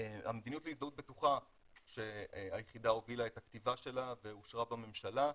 המדיניות להזדהות בטוחה שהיחידה הובילה את הכתיבה שלה ואושרה בממשלה,